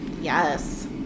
Yes